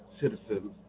citizens